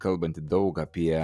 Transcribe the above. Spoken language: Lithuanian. kalbanti daug apie